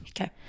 okay